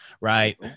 Right